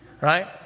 right